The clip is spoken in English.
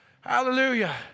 Hallelujah